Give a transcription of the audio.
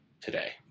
today